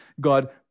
God